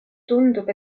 tundub